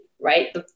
right